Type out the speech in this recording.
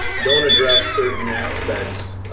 don't address certain aspects,